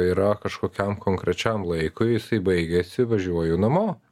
yra kažkokiam konkrečiam laikui jisai baigiasi važiuoju namo